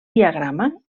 diagrama